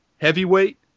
heavyweight